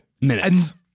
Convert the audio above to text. minutes